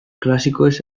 klasikoez